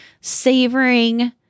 savoring